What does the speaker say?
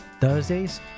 Thursdays